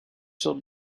sortes